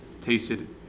tasted